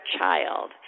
Child